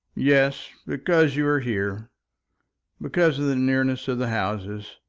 yes, because you are here because of the nearness of the houses.